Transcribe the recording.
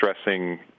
stressing